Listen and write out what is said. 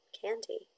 candy